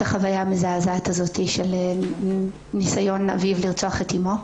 החוויה המזעזעת הזאת של ניסיון אביו לרצוח את אימו.